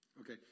Okay